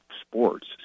sports